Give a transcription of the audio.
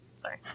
Sorry